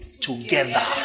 together